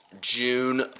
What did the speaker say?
June